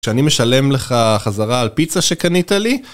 כשאני משלם לך חזרה על פיצה שקנית לי